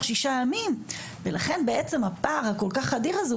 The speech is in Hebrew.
שישה ימים ולכן בעצם הפער הכל כך אדיר הזה,